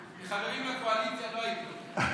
כי חברים מהקואליציה לא ייתנו.